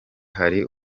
hari